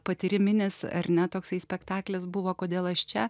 patyriminis ar ne toksai spektaklis buvo kodėl aš čia